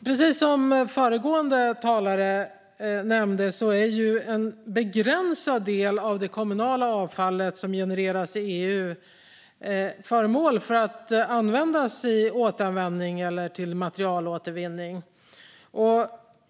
Precis som föregående talare nämnde är bara en begränsad del av det kommunala avfall som genereras i EU föremål för återanvändning eller materialåtervinning.